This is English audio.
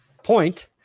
point